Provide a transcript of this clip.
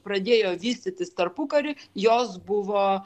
pradėjo vystytis tarpukariu jos buvo